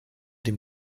dem